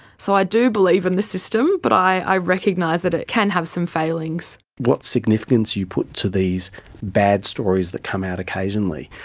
so i do believe in the system, but i recognise that it can have some failings. what significance you put to these bad stories that come out occasionally,